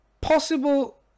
possible